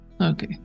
okay